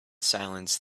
silence